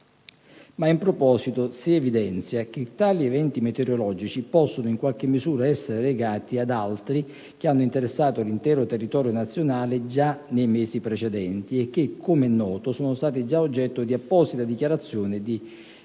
Ma in proposito si evidenzia che tali eventi meteorologici possono in qualche misura essere legati ad altri che hanno interessato l'intero territorio nazionale già nei mesi precedenti e che, come noto, sono stati già oggetto di apposite dichiarazioni di stato